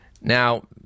Now